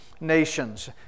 Nations